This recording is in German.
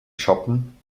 shoppen